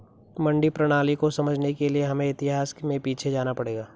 मंडी प्रणाली को समझने के लिए हमें इतिहास में पीछे जाना पड़ेगा